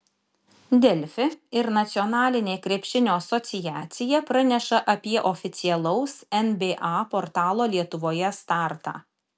delfi ir nacionalinė krepšinio asociacija praneša apie oficialaus nba portalo lietuvoje startą